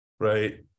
right